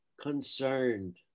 concerned